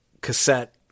cassette